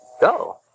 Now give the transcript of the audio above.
Go